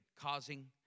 causing